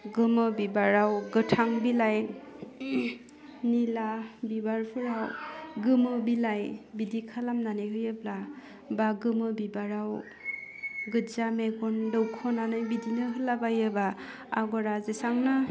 गोमो बिबाराव गोथां बिलाइ निला बिबारफोराव गोमो बिलाइ बिदि खालामनानै होयोब्ला बा गोमो बिबाराव गोज्जा मेगन दख'नानै बिदिनो होलाबायोब्ला आगरा जेसांनो